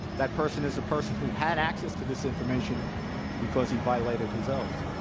that person is a person who had access to this information because he violated his oath.